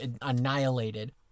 annihilated